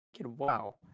wow